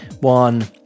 One